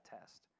test